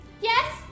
yes